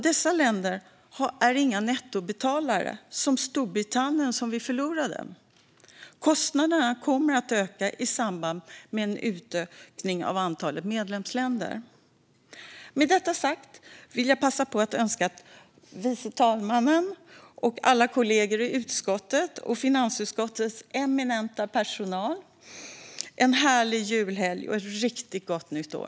Dessa länder är inga nettobetalare, som Storbritannien som vi förlorade. Kostnaderna kommer att öka i samband med en utökning av antalet medlemsländer. Med detta sagt vill jag passa på att önska förste vice talmannen, alla kollegor i utskottet och finansutskottets eminenta personal en härlig julhelg och ett riktigt gott nytt år!